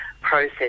process